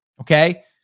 Okay